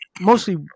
mostly